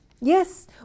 Yes